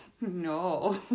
No